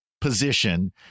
position